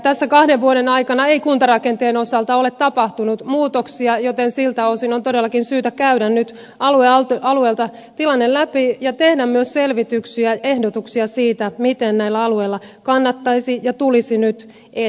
tässä kahden vuoden aikana ei kuntarakenteen osalta ole tapahtunut muutoksia joten siltä osin on todellakin syytä käydä nyt alue alueelta tilanne läpi ja tehdä myös selvityksiä ehdotuksia siitä miten näillä alueilla kannattaisi ja tulisi nyt edetä